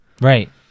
Right